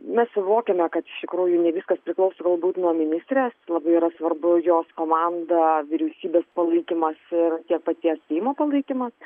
mes suvokiame kad iš tikrųjų ne viskas priklauso galbūt nuo ministrės labai yra svarbu jos komanda vyriausybės palaikymas ir tiek paties seimo palaikymas